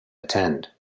attend